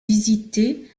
visitées